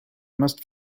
must